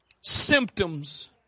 symptoms